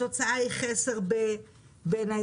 התוצאה היא חסר בניידות,